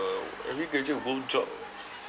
every graduate will go jo~